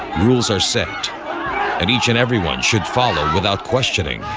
rules are set and each and everyone should follow without questioning